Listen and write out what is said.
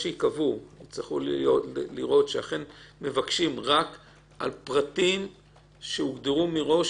בהוראות שייקבעו יצטרכו לראות שאכן מבקשים רק על פרטים שהוגדרו מראש.